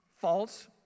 false